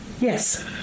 Yes